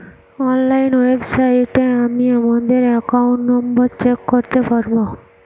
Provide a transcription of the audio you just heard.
online ওয়েবসাইটে আমি আমাদের একাউন্ট নম্বর চেক করতে পারবো